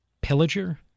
pillager